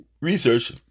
research